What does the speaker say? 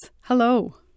Hello